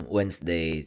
Wednesday